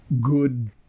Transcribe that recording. good